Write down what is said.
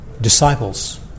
disciples